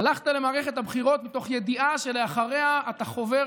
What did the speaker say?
הלכת למערכת הבחירות מתוך ידיעה שאחריה אתה חובר